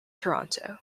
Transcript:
toronto